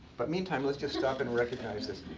but meantime, let's just stop and recognize this.